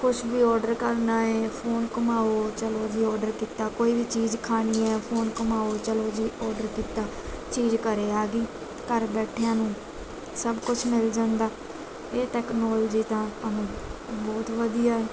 ਕੁਛ ਵੀ ਔਡਰ ਕਰਨਾ ਹੈ ਫੋਨ ਘੁੰਮਾਓ ਚਲੋ ਜੀ ਔਡਰ ਕੀਤਾ ਕੋਈ ਵੀ ਚੀਜ਼ ਖਾਣੀ ਹੈ ਫੋਨ ਘੁੰਮਾਓ ਚਲੋ ਜੀ ਔਡਰ ਕੀਤਾ ਚੀਜ਼ ਘਰ ਆ ਗਈ ਘਰ ਬੈਠਿਆਂ ਨੂੰ ਸਭ ਕੁਛ ਮਿਲ ਜਾਂਦਾ ਇਹ ਟੈਕਨੋਲੋਜੀ ਤਾਂ ਆਪਾਂ ਨੂੰ ਬਹੁਤ ਵਧੀਆ